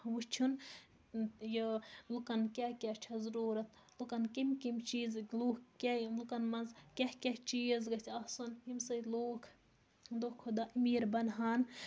وٕچھُن یہِ لُکَن کیٛاہ کیٛاہ چھےٚ ضٔروٗرت لُکَن کَمہِ کَمہِ چیٖزٕکۍ لوٗکھ کیٛاہ یِم لُکَن منٛز کیٛاہ کیٛاہ چیٖز گژھِ آسُن ییٚمہِ سۭتۍ لوٗکھ دۄہ کھۄ دۄہ أمیٖر بَنہٕ ہان